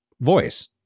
voice